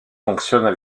fonctionnent